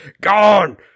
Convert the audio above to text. Gone